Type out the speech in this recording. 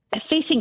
facing